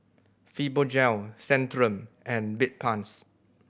Fibogel Centrum and Bedpans